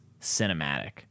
cinematic